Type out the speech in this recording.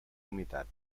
humitat